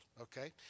okay